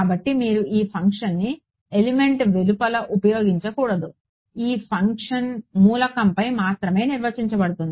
కాబట్టి మీరు ఈ ఫంక్షన్ను ఎలిమెంట్వెలుపల ఉపయోగించకూడదు ఈ ఫంక్షన్ మూలకంపై మాత్రమే నిర్వచించబడుతుంది